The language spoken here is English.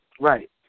Right